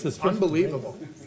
Unbelievable